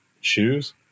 shoes